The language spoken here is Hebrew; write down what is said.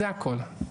זה הכול?